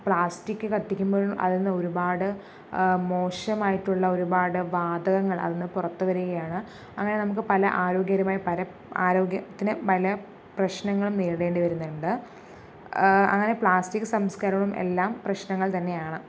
plastic കത്തിക്കുമ്പോഴും അതിൽ നിന്ന് ഒരുപാട് മോശമായിട്ടുള്ള ഒരുപാട് വാതകങ്ങൾ അതിൽ നിന്ന് പുറത്ത് വരികയാണ് അങ്ങനെ നമുക്ക് പല ആരോഗ്യകരമായ പല ആരോഗ്യത്തിന് പല പ്രശ്നങ്ങളും നേരിടേണ്ടി വരുന്നുണ്ട് അങ്ങനെ പ്ലാസ്റ്റിക് സംസ്കരണം എല്ലാം പ്രശ്നങ്ങൾ തന്നെയാണ്